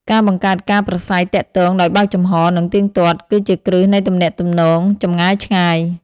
គន្លឹះទាំងនេះទាមទារការប្តេជ្ញាចិត្ត ការយោគយល់ និងការខិតខំប្រឹងប្រែងពីភាគីទាំងសងខាងដូចតទៅ។